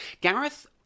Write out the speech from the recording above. Gareth